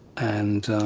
and